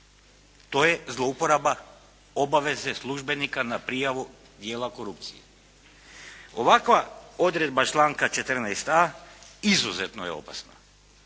To je zloupraba obaveze službenika na prijavu dijela korupcije. Ovakva odredba članka 14.a. izuzetno je opasna